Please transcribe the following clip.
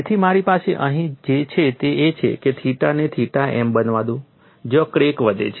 તેથી મારી પાસે અહીં જે છે તે એ છે કે થિટા ને થીટા m બનવા દો જ્યાં ક્રેક વધે છે